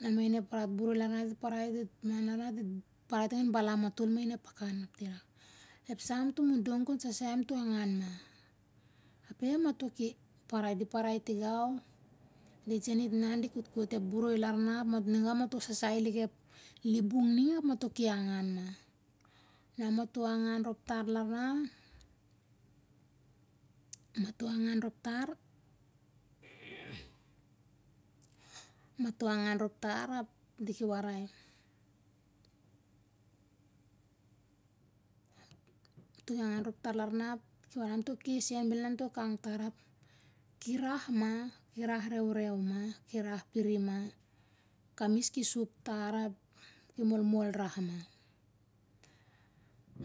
Anmain ep rat boroi larna dit parai, dit inan larna di parai ting an balam matol main ep pakan pirak, ep sa amto mon dom kon sasai amto angan ma, ape mato ki parai di parai tigau dit sen dit inan di kotkot ep boroi larna. ap niga mato sasai lik ep libung ning ap mato ki angan ma, na mato angan rop tar larna, mato angan rop tar ap diki warai ap mato ki angan rop tar larna ap diki warai amtoh kes sen bel inap amto gang tar, ap ki rah ma, ki rah reureu ma, ki rah pirim ma. Kamis ki sup tar ap ki molmol rah ma.